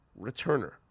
returner